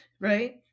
right